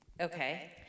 Okay